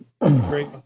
great